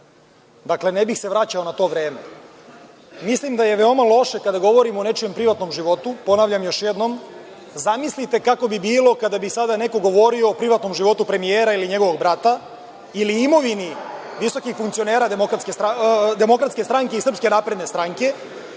luda. Ne bih se vraćao na to vreme. Mislim da je veoma loše kada govorimo o nečijem privatnom životu, ponavljam još jednom, zamislite kako bi bilo kada bi sada neko govorio o privatnom životu premijera ili njegovog brata, ili imovini visokih funkcionera Demokratske stranke i Srpske napredne stranke,